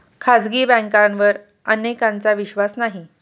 खाजगी बँकांवर अनेकांचा विश्वास नाही